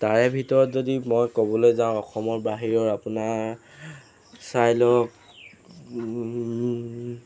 তাৰে ভিতৰত যদি মই ক'বলৈ যাওঁ অসমৰ বাহিৰৰ আপোনাৰ চাই লওক